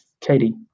Katie